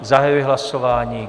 Zahajuji hlasování.